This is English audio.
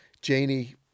Janie